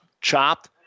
chopped